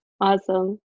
awesome